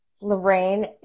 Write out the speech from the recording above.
Lorraine